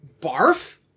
Barf